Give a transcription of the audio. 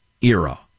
era